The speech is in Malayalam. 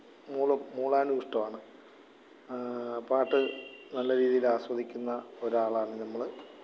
മൂളും മൂളാനും ഇഷ്ടമാണ് പാട്ട് നല്ല രീതിയിൽ ആസ്വദിക്കുന്ന ഒരാളാണ് നമ്മൾ